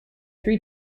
three